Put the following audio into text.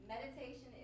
Meditation